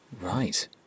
Right